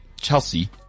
Chelsea